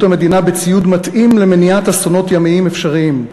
המדינה בציוד מתאים למניעת אסונות ימיים אפשריים.